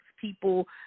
people